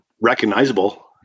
recognizable